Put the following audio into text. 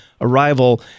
arrival